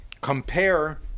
compare